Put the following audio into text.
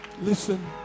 Listen